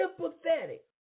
sympathetic